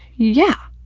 yeah.